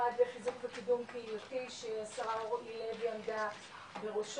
מהמשרד לחיזוק וקידום קהילתי של השרה אורלי לוי עמדה בראשו,